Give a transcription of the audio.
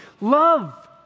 Love